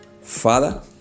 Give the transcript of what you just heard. Father